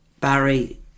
Barry